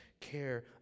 care